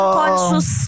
conscious